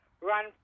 run